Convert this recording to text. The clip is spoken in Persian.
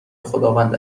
خداوند